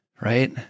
right